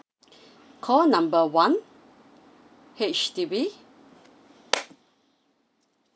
call number one H_D_B